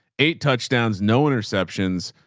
eight touchdowns, no interceptions.